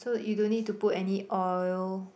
so you don't need to put any oil